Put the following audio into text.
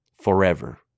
forever